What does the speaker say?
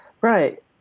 Right